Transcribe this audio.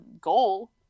goal